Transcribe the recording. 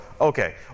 okay